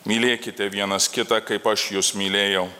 mylėkite vienas kitą kaip aš jus mylėjau